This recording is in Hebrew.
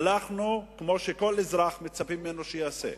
הלכנו, כמו שמצפים שכל אזרח יעשה,